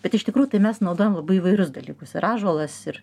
bet iš tikrųjų tai mes naudojam labai įvairius dalykus ir ąžuolas ir